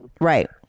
Right